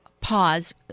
pause